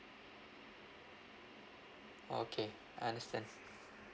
okay I understand